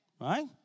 right